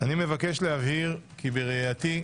אני מבקש להבהיר כי בראייתי,